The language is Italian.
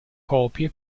copie